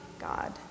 God